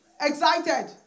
excited